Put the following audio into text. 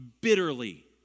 bitterly